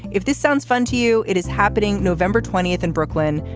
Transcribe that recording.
if this sounds fun to you it is happening november twentieth in brooklyn.